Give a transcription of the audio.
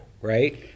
right